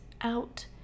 out